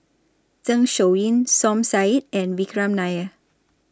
Zeng Shouyin Som Said and Vikram Nair